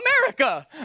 America